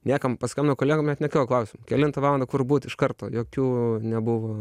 niekam paskambinau kolegom net nekilo klausimų kelintą valandą kur būt iš karto jokių nebuvo